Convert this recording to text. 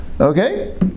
okay